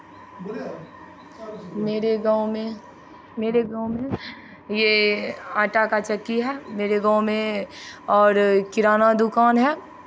मेरे गाँव में मेरे गाँव में ये आटा का चक्की है मेरे गाँव में और किराना दुकान है